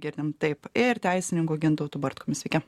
girdim taip ir teisininku gintautu bartkumi sveiki